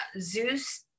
Zeus